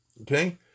Okay